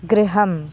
गृहम्